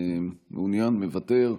מוותר,